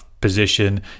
position